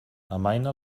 amaina